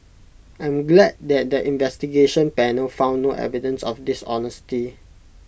I am glad that the investigation panel found no evidence of dishonesty